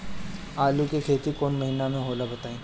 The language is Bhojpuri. आलू के खेती कौन महीना में होला बताई?